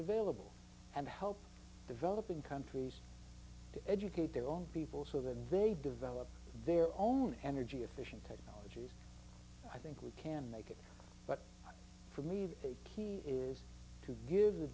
available and help developing countries to educate their own people so that they develop their own energy efficient technologies i think we can make it for me that the key is to give the